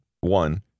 one